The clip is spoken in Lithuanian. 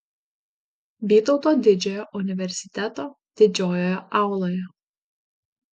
vytauto didžiojo universiteto didžiojoje auloje